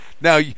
Now